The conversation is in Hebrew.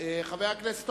2. חבר הכנסת